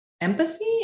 empathy